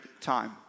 time